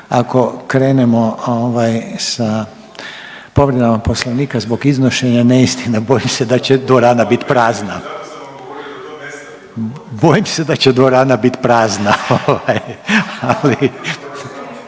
ako krenemo sa povredama Poslovnika zbog iznošenja neistina bojim se da će dvorana bit prazna. Bojim se da će dvorana bit prazna.